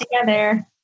together